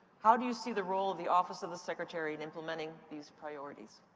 how do you see the role of the office of the secretary in implementing these priorities?